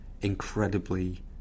incredibly